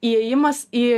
įėjimas į